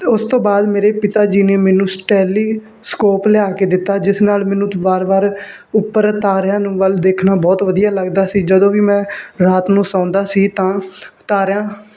ਅਤੇ ਉਸ ਤੋਂ ਬਾਅਦ ਮੇਰੇ ਪਿਤਾ ਜੀ ਨੇ ਮੈਨੂੰ ਸਟੈਲੀਸਕੋਪ ਲਿਆ ਕੇ ਦਿੱਤਾ ਜਿਸ ਨਾਲ ਮੈਨੂੰ ਵਾਰ ਵਾਰ ਉੱਪਰ ਤਾਰਿਆਂ ਨੂੰ ਵੱਲ ਦੇਖਣਾ ਬਹੁਤ ਵਧੀਆ ਲੱਗਦਾ ਸੀ ਜਦੋਂ ਵੀ ਮੈਂ ਰਾਤ ਨੂੰ ਸੌਂਦਾ ਸੀ ਤਾਂ ਤਾਰਿਆਂ